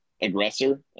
aggressor